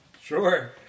Sure